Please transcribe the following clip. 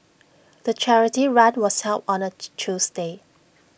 the charity run was held on A Tuesday